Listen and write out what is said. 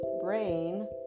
brain